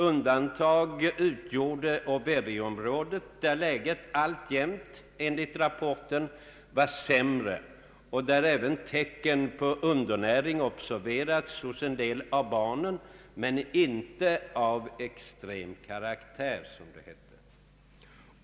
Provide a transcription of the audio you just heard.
Undantag utgjorde Owerriområdet där läget, alltjämt enligt rapporten, var sämre och där även tecken på undernäring observerats hos en del av barnen men inte av extrem karaktär, som det hette.